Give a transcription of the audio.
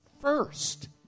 first